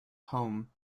home